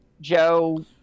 Joe